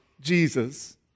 Jesus